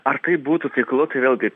ar tai būtų taiklu tai vėlgi